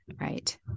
Right